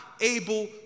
able